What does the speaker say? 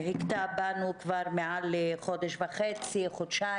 שהכתה בנו כבר מעל חודש וחצי-חודשיים,